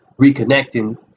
reconnecting